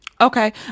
okay